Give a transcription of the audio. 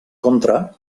contra